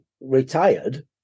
retired